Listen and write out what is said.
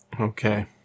Okay